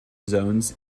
zones